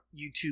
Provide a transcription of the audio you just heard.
YouTube